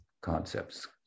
concepts